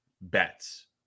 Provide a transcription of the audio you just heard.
bets